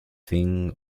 thing